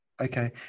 Okay